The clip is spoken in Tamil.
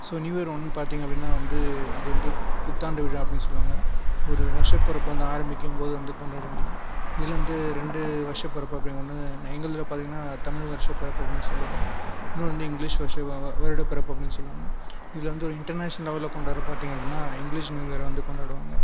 ஸோ நியூ இயர் ஒன் பார்த்திங்க அப்படின்னா வந்து அது வந்து புத்தாண்டு விழா அப்படினு சொல்வாங்க ஒரு வருஷ பிறப்பு வந்து ஆரம்பிக்கும்போது வந்து கொண்டாடுவாங்க இதில் வந்து ரெண்டு வருஷ பிறப்பு அப்படி ஒன்று எங்கள்துல பார்த்திங்கனா தமிழ் வருஷ பிறப்பு ஒன்று சொல்வாங்க இஇன்னொன்னு இங்கிலிஷ் வருஷம் வருடப்பிறப்பு அப்படினு சொல்வாங்க இதில் வந்து ஒரு இன்டர்நேஷனல் லெவலில் கொண்டாடுறது பார்த்திங்கனா அப்படினா இங்கிலிஷ் நியூஇயர் வந்து கொண்டாடுவாங்க